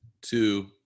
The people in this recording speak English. Two